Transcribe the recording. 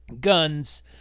guns